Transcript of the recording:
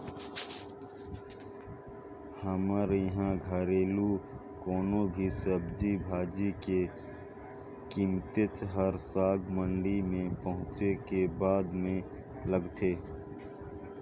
हमर इहां घरेलु कोनो भी सब्जी भाजी के कीमेत हर साग मंडी में पहुंचे के बादे में लगथे